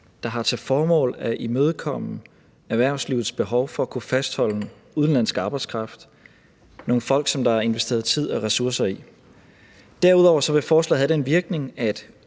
der har til formål at imødekomme erhvervslivets behov for at kunne fastholde udenlandsk arbejdskraft – nogle folk, der er investeret tid og ressourcer i. Derudover vil forslaget have den virkning, at